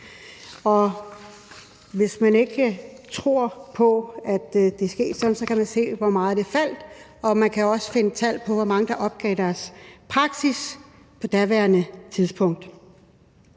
hvis man ikke tror på, at det er sket, kan man finde tallene over, hvor meget det faldt, og man kan også finde tal over, hvor mange der opgav deres praksis på daværende tidspunkt.